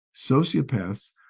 sociopaths